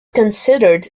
considered